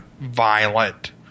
Violent